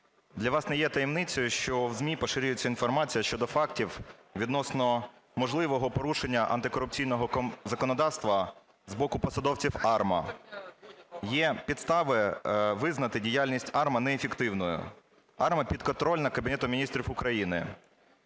для вас не є таємницею, що в ЗМІ поширюється інформація щодо фактів відносно можливого порушення антикорупційного законодавства з боку посадовців АРМА. Є підстави визнати діяльність АРМА неефективною. АРМА підконтрольна Кабінету Міністрів України.